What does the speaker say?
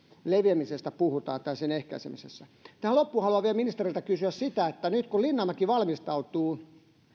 leviämisestä tai sen ehkäisemisestä puhutaan tähän loppuun haluan vielä ministeriltä kysyä sitä että nyt kun linnanmäki valmistautuu